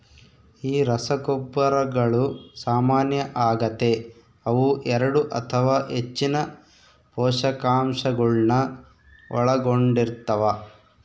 ಈ ರಸಗೊಬ್ಬರಗಳು ಸಾಮಾನ್ಯ ಆಗತೆ ಅವು ಎರಡು ಅಥವಾ ಹೆಚ್ಚಿನ ಪೋಷಕಾಂಶಗುಳ್ನ ಒಳಗೊಂಡಿರ್ತವ